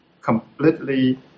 completely